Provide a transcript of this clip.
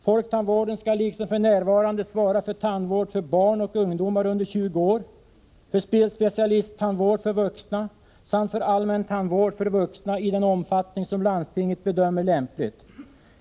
Folktandvården skall liksom f.n. svara för tandvård för barn och ungdomar under 20 år, för specialisttandvård för vuxna samt för allmäntandvård för vuxna i den omfattning som landstinget bedömer lämplig.